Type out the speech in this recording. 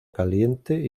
caliente